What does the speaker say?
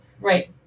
right